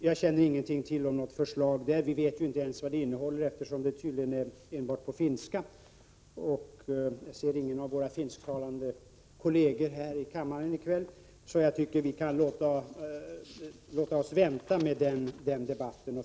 Jag känner ingenting till om något förslag till lagstiftning i Finland, och ingen här vet vad det innehåller eftersom det tydligen finns tillgängligt enbart på finska. Jag ser ingen av våra finsktalande kolleger i kammaren, så jag tycker att vi kan vänta med den debatten.